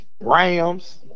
Rams